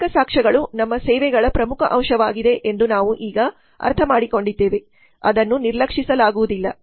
ಭೌತಿಕ ಸಾಕ್ಷ್ಯಗಳು ನಮ್ಮ ಸೇವೆಗಳ ಪ್ರಮುಖ ಅಂಶವಾಗಿದೆ ಎಂದು ನಾವು ಈಗ ಅರ್ಥಮಾಡಿಕೊಂಡಿದ್ದೇವೆ ಅದನ್ನು ನಿರ್ಲಕ್ಷಿಸಲಾಗುವುದಿಲ್ಲ